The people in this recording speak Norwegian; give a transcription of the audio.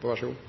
brukt.